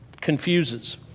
confuses